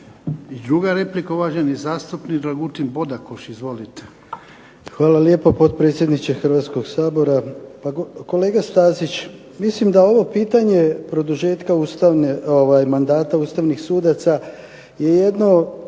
druga replika, uvaženi zastupnik Dragutin Bodakoš. Izvolite. **Bodakoš, Dragutin (SDP)** Hvala lijepa potpredsjedniče Hrvatskog sabora. Pa kolega Stazić mislim da ovo pitanje produžetka mandata ustavnih sudaca je jedno